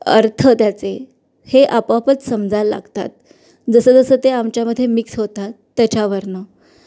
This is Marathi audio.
अर्थ त्याचे हे आपाआपच समजायला लागतात जसंजसं ते आमच्यामधे मिक्स होतात त्याच्यावरनं